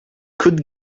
could